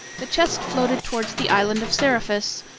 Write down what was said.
the chest floated towards the island of seriphus,